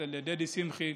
אצל דדי שמחי,